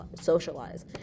socialize